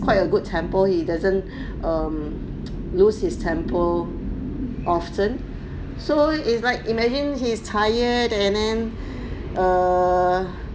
quite a good temper he doesn't lose his temper often so it's like imagine he's tired and then err